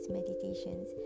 Meditations